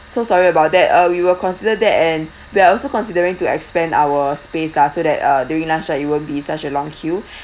so sorry about that uh we will consider that and we are also considering to expand our space lah so that uh during lunch time it won't be such a long queue